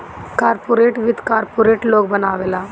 corporate वित्त corporate लोग बनावेला